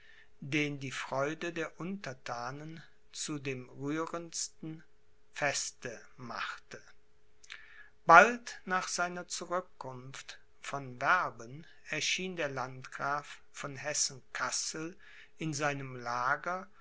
den die freude der unterthanen zu dem rührendsten feste machte bald nach seiner zurückkunft nach werben erschien der landgraf von hessen kassel in seinem lager